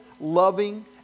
loving